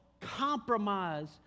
compromise